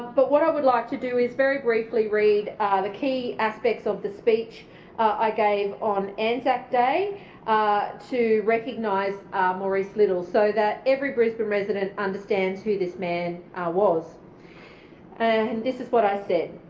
but what i would like to do is very briefly read the key aspects of the speech i gave on anzac day to recognise maurice little so that every brisbane resident understands who this man was and this is what i said.